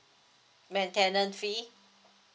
maintenance fee